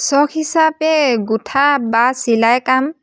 চখ হিচাপে গোঁঠা বা চিলাই কাম